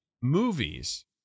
movies